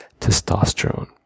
testosterone